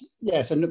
Yes